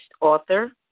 author